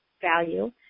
value